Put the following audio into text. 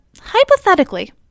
Hypothetically